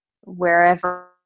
wherever